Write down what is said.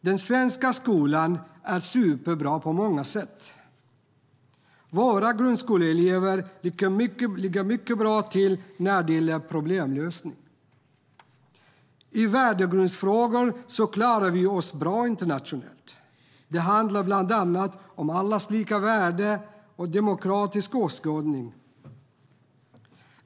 Den svenska skolan är superbra på många sätt. Våra grundskoleelever ligger mycket bra till när det gäller problemlösning. I värdegrundsfrågor klarar vi oss bra internationellt. Det handlar bland annat om allas lika värde och demokratisk åskådning.